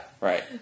Right